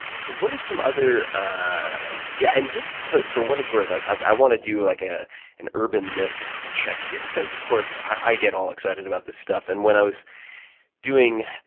so what are some other. ah yeah and just for for what it's worth, i i want to do like ah an urban myth check here because, of course, i get all excited about this stuff. and when i was doing